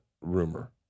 rumor